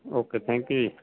okay thank you ਜੀ